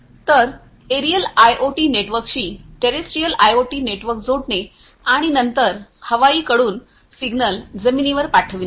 तर aerial IoT नेटवर्कशी terrestrial IoT network जोडणे आणि नंतर हवाईकडून सिग्नल जमिनीवर पाठविणे